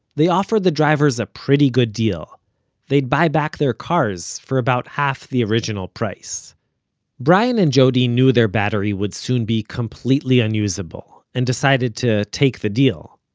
they offered the drivers a pretty good deal they'd buy back their cars, for about half the original price brian and jody knew their battery would soon be completely unusable, and decided to take the deal.